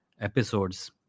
episodes